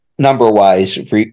Number-wise